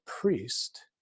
priest